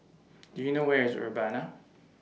Do YOU know Where IS Urbana